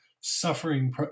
suffering